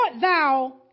thou